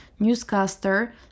Newscaster